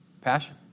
passion